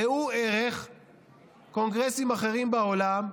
ראו ערך קונגרסים אחרים בעולם,